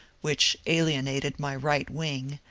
which alienated my right wing,